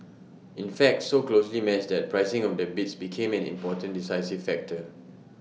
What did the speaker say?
in fact so closely matched that pricing of the bids became an important decisive factor